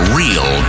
real